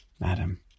madam